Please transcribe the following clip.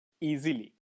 easily